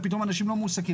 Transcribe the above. ופתאום אנשים לא מועסקים.